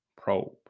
probe